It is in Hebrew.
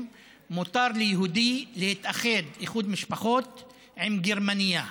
מותר ליהודי להתאחד איחוד משפחות עם גרמנייה.